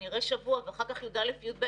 ונראה שבוע ואחר כך י"א-י"ב,